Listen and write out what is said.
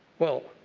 well,